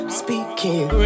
speaking